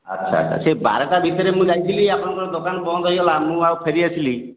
ଆଚ୍ଛା ଆଚ୍ଛା ସେଇ ବାରଟା ଭିତରେ ମୁଁ ଯାଇଥିଲି ଆପଣଙ୍କ ଦୋକାନ ବନ୍ଦ ହେଇଗଲା ମୁଁ ଆଉ ଫେରି ଆସିଲି